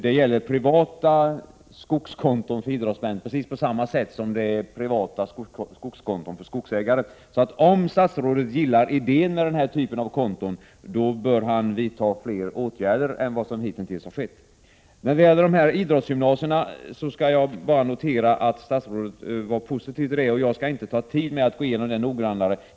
Jag menade privata skogskonton för idrottsmän, precis som för skogsägare. Om statsrådet gillar idén med denna typ av konto, bör han vidta fler åtgärder än hittills. När det gäller idrottsgymnasierna kan jag bara konstatera att statsrådet var positiv. Jag skall inte ta tid i anspråk för att noggrant gå igenom allt detta.